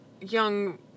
young